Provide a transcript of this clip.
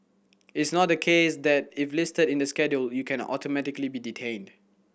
it's not the case that if listed in the schedule you can automatically be detained